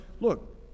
look